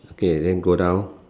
okay then go down